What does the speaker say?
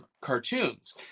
cartoons